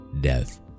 death